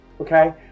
Okay